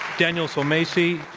daniel sulmasy.